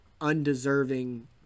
undeserving